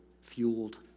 fueled